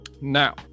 Now